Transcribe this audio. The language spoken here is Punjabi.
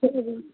ਅੱਛਾ ਜੀ